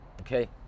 Okay